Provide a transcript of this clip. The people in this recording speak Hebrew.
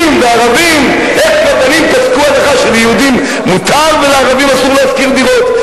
איך רבנים פסקו הלכה שליהודים מותר ולערבים אסור להשכיר דירות,